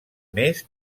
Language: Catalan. més